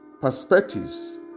perspectives